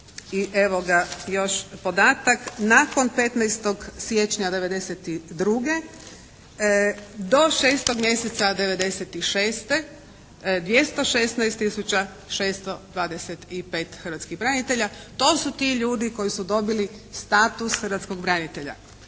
i evo ga još podatak nakon 15. siječnja 1992. do 6. mjeseca 1996. 216 tisuća 625 hrvatskih branitelja, to su ti ljudi koji su dobili status hrvatskog branitelja.